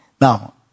Now